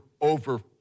over